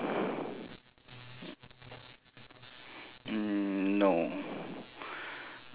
mm no